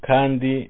Kandi